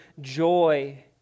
joy